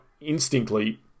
instinctively